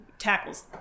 tackles